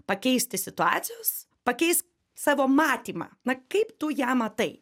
pakeisti situacijos pakeisk savo matymą na kaip tu ją matai